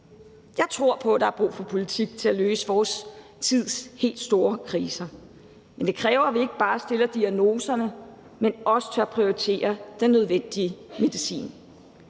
Jeg tror på, at der er brug for politik til at løse vores tids helt store kriser. Det kræver, at vi ikke bare stiller diagnoserne, men også tør prioritere den nødvendige medicin.